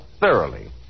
thoroughly